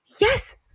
Yes